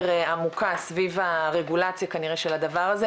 עמוקה סביב הרגולציה כנראה של הדבר הזה.